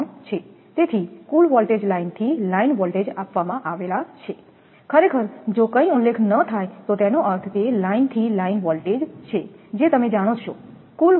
તેથી કુલ voltage line થી લાઈન વોલ્ટેજ આપવામાં આવેલા છે ખરેખર જો કંઇ ઉલ્લેખ ન થાય તો તેનો અર્થ તે લાઈન થી લાઈન વોલ્ટેજ છે જે તમે જાણો છો